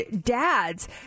dads